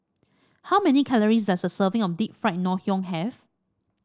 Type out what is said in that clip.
how many calories does a serving of Deep Fried Ngoh Hiang have